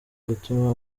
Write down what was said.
gutuma